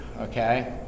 okay